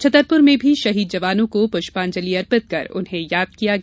छतरपुर में भी शहीद जवानों को पुष्पांजलि अर्पित कर उन्हें याद किया गया